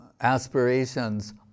aspirations